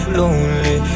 lonely